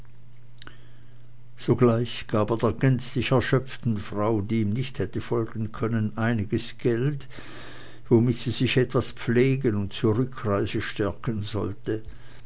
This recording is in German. sogleich gab er der gänzlich erschöpften frau die ihm nicht hätte folgen können einiges geld womit sie sich etwas pflegen und zur rückreise stärken sollte